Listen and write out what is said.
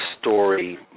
story